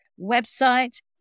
website